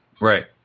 Right